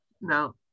No